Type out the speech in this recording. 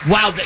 Wow